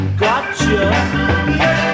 gotcha